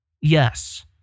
Yes